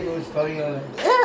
mangosteen